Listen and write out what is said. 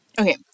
Okay